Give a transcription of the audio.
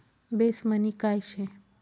Base money काय शे?